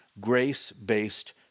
grace-based